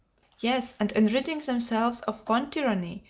yes, and in ridding themselves of one tyranny,